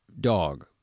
dog